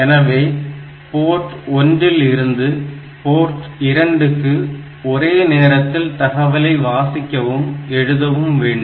எனவே port P1 இல் இருந்து போரட் P2 க்கு ஒரே நேரத்தில் தகவலை வாசிக்கவும் எழுதவும் வேண்டும்